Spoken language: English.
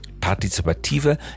partizipative